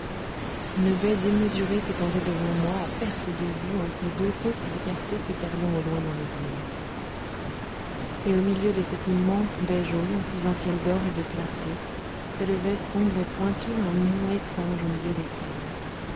une baie démesurée s'étendait devant moi à perte de vue entre deux côtes écartées se perdant au loin dans les brumes et au milieu de cette immense baie jaune sous un ciel d'or et de clarté s'élevait sombre et pointu un mont étrange au milieu des sables